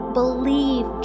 believe